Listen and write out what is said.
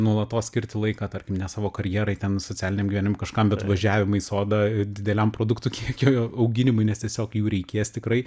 nuolatos skirti laiką tarkim ne savo karjerai ten socialiniam gyvenimui kažkam bet važiavimui į sodą ir dideliam produktų kiekio auginimui nes tiesiog jų reikės tikrai